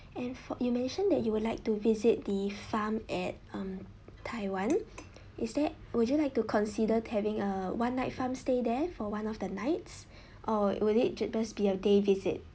and for you mentioned that you would like to visit the farm at um taiwan is that would you like to consider having a one night farm stay there for one of the nights or would it ju~ best be a day visit